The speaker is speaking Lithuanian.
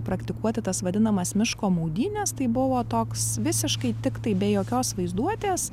praktikuoti tas vadinamas miško maudynes tai buvo toks visiškai tiktai be jokios vaizduotės